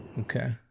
Okay